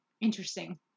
Interesting